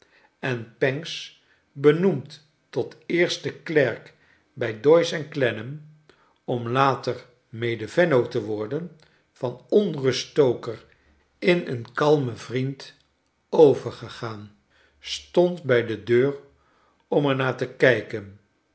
en pancks benoemd tot eerste klerk bij doyce en clennam om later mede vennoot te worden van onruststoker in een kalmen vriend overgegaan stond bij de deur om er naar te kijken